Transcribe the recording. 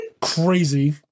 Crazy